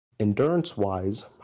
Endurance-wise